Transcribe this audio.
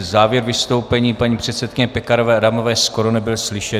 Závěr vystoupení paní předsedkyně Pekarové Adamové skoro nebyl slyšet.